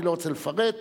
אני לא רוצה לפרט,